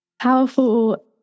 powerful